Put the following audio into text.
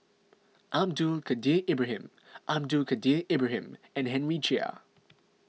Abdul Kadir Ibrahim Abdul Kadir Ibrahim and Henry Chia